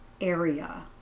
area